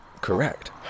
Correct